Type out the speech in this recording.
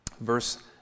Verse